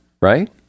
right